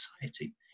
society